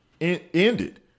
ended